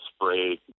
spray